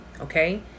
okay